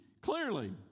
clearly